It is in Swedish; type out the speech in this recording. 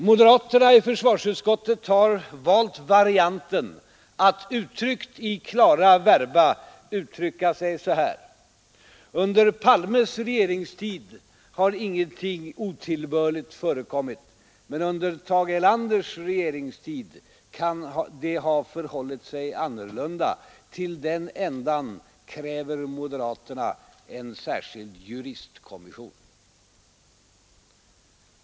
Moderaterna i försvarsutskottet har valt varianten att — översatt i klara verba — uttrycka sig så här: Under Palmes regeringstid har ingenting otillbörligt förekommit, men under Tage Erlanders regeringstid kan det ha förhållit sig annorlunda. Till den ändan kräver så moderaterna en särskild juristkom mission.